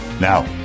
Now